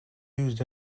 used